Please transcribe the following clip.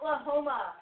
Oklahoma